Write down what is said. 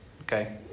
okay